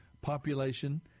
population